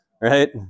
right